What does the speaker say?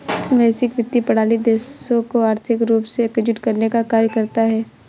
वैश्विक वित्तीय प्रणाली देशों को आर्थिक रूप से एकजुट करने का कार्य करता है